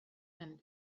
and